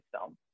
film